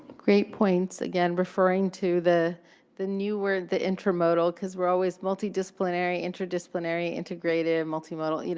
great points. again, referring to the the newer, the intermodal, because we're always multidisciplinary, interdisciplinary, integrative, multimodal. you know